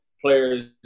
players